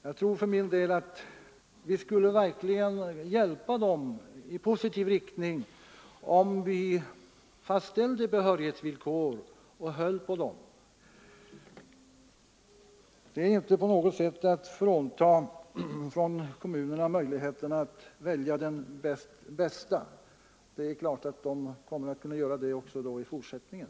Jag tror för min del att vi verkligen skulle hjälpa de gamla, om vi fastställde behörighetsvillkor och höll på dem. Det innebär inte på något sätt att man fråntar kommunerna möjligheterna att välja den bästa. Det är klart att de kommer att göra det även i fortsättningen.